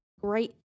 great